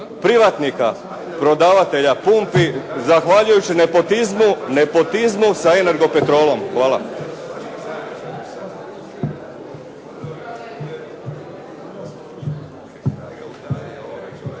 privatnika prodavatelja pumpi zahvaljujući nepotizmu sa "Energopetrolom". Hvala.